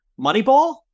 Moneyball